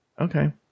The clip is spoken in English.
Okay